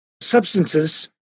substances